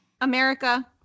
America